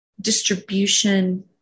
distribution